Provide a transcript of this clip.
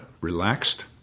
relaxed